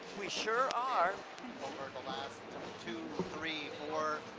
we sure are. over the last two, three, four,